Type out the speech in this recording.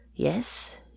Yes